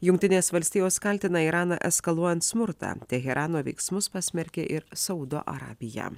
jungtinės valstijos kaltina iraną eskaluojant smurtą teherano veiksmus pasmerkė ir saudo arabija